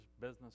business